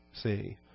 See